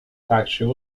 factory